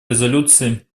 резолюции